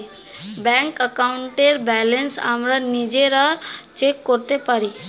bank অ্যাকাউন্টের balance আমরা নিজেরা চেক করতে পারি